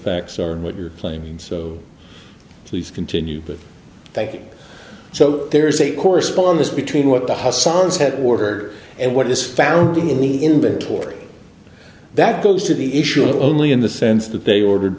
facts are and what you're claiming so please continue but thank you so there is a correspondence between what the house sons had ordered and what is found in the inventory that goes to the issue only in the sense that they ordered